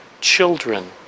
children